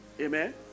amen